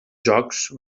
jocs